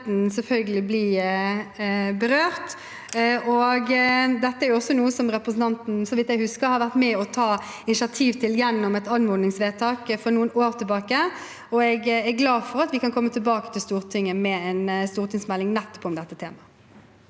også idretten bli berørt. Dette er noe som representanten, så vidt jeg husker, har vært med på å ta initiativ til gjennom et anmodningsvedtak for noen år siden. Jeg er glad for at vi kan komme tilbake til Stortinget med en stortingsmelding om dette temaet.